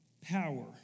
power